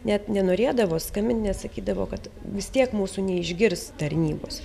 net nenorėdavo skambint nes sakydavo kad vis tiek mūsų neišgirs tarnybos